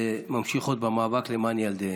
וממשיכות במאבק למען ילדיהן.